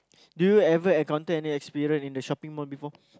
do you ever encounter any experience in the shopping mall before